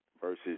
versus